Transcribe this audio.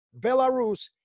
Belarus